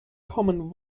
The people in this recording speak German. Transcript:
common